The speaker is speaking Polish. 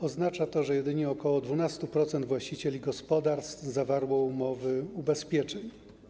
Oznacza to, że jedynie ok. 12% właścicieli gospodarstw zawarło umowy ubezpieczeń.